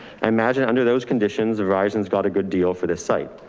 i imagine under those conditions, the version's got a good deal for this site.